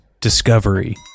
discovery